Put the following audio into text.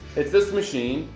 it's this machine.